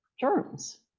Germs